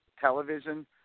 television